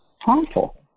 Harmful